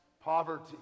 poverty